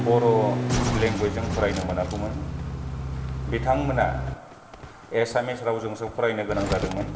बर' language जों फरायनो मोनख'मोन बिथान मोना एसामिस रावजोंसो फरायनो गोनां जादोंमोन